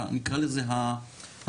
נקרא לזה הרכות,